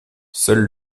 seuls